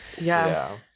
Yes